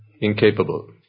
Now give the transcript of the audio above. incapable